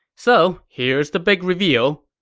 so here's the big reveal.